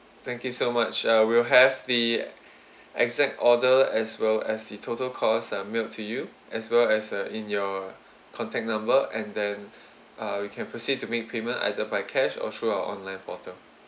thank you so much uh we'll have the exact order as well as the total cost uh mailed to you as well as uh in your contact number and then uh we can proceed to make payment either by cash or through our online portal